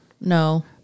No